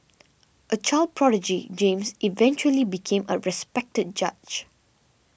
a child prodigy James eventually became a respected judge